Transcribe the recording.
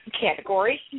category